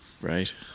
Right